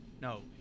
No